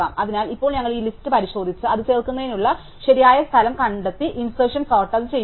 അതിനാൽ ഇപ്പോൾ ഞങ്ങൾ ഈ ലിസ്റ്റ് പരിശോധിച്ച് അത് ചേർക്കുന്നതിനുള്ള ശരിയായ സ്ഥലം കണ്ടെത്തി ഇൻസെർഷൻ സോർട് അത് ചെയുക